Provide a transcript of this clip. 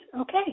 Okay